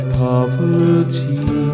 poverty